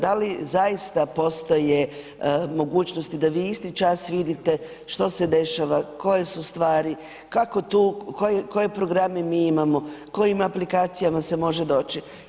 Da li zaista postoje mogućnosti da vi isti čas vidite što se dešava, koje su stvari, koje programe mi imamo, kojim aplikacijama se može doći?